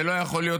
זה לא יכול להיות,